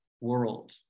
world